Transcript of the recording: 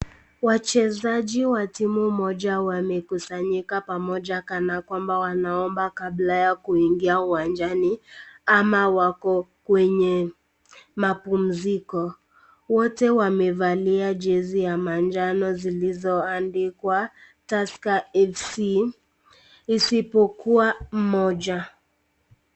Wachezaji wa timu moja wamekusanyika pamoja kana kwamba wanaomba kabla ya kuingia uwanjani ama wako kwenye mapumziko. Wote wamevalia jezi ya manjano zilizoandikwa Tusker Fc isipokuwa mmoja.